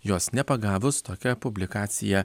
jos nepagavus tokią publikaciją